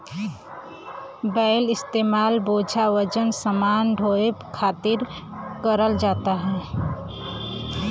बैल क इस्तेमाल बोझा वजन समान ढोये खातिर करल जाला